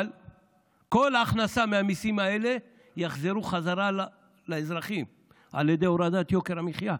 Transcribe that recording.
אבל כל הכנסה מהמיסים האלה תחזור חזרה לאזרחים על ידי הורדת יוקר המחיה,